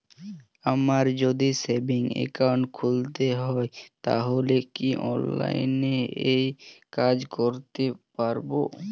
আমায় যদি savings account খুলতে হয় তাহলে কি অনলাইনে এই কাজ করতে পারবো?